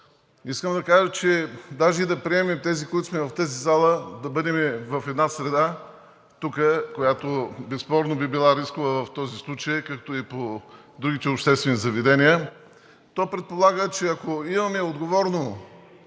искам да кажа, че даже и да приемем тези, които сме в тази зала, да бъдем в една среда тук, която безспорно би била рискова в този случай, както и по другите обществени заведения, то предполага, че ако имаме отговорно